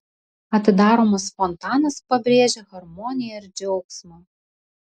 atidaromas fontanas pabrėžia harmoniją ir džiaugsmą